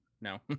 no